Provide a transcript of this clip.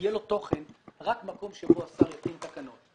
שיהיה לו תוכן רק מקום שבו השר יתקין תקנות.